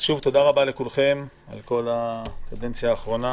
שוב תודה רבה לכולכם על כל הקדנציה האחרונה,